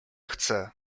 chce